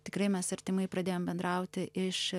tikrai mes artimai pradėjom bendrauti iš